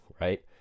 right